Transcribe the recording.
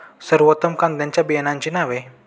सर्वोत्तम कांद्यांच्या बियाण्यांची नावे?